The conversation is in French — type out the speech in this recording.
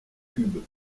cubes